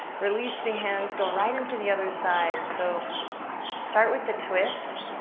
release the hands. go right into the other side. so start with the twist,